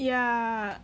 yeah